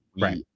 right